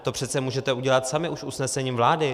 To přece můžete udělat sami už usnesením vlády.